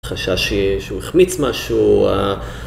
חשש שהוא החמיץ משהו.